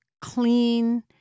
clean